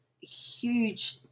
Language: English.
huge